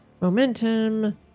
momentum